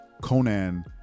Conan